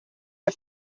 the